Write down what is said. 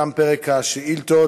תם פרק השאילתות.